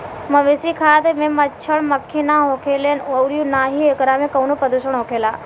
मवेशी खाद में मच्छड़, मक्खी ना होखेलन अउरी ना ही एकरा में कवनो प्रदुषण होखेला